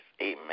Amen